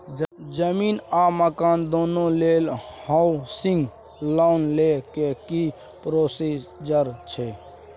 जमीन आ मकान दुनू लेल हॉउसिंग लोन लै के की प्रोसीजर छै?